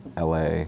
LA